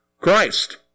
Christ